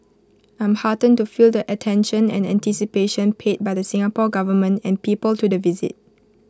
I'm heartened to feel the attention and anticipation paid by the Singapore Government and people to the visit